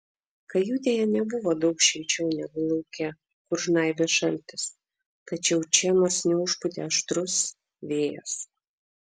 kajutėje nebuvo daug šilčiau negu lauke kur žnaibė šaltis tačiau čia nors neužpūtė aštrus vėjas